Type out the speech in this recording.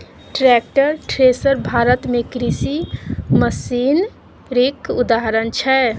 tractor, thresher Bharat मे कृषि मशीनरीक उदाहरण छै